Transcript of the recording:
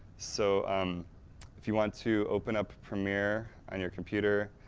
so um if you want to open up premiere on your computer,